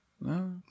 no